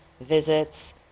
visits